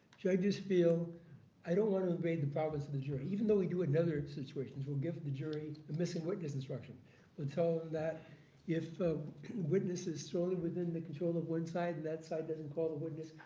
i just feel i don't want to invade the province of the jury. even though we do it in other situations. we'll give the jury a missing witness instruction and so that if a witness is thoroughly within the control of one side and that side doesn't call the witness,